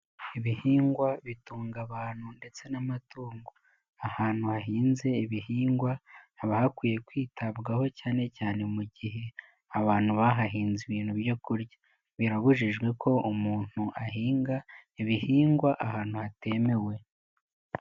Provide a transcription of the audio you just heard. Ibihingwa bitunga abantu ndetse n'amatungo. Ahantu hahinze ibihingwa ,haba hakwiye kwitabwaho cyane cyane mu gihe abantu bahahinze ibintu byo kurya. Birabujijwe ko umuntu ahinga ibihingwa ahantu hatemewe.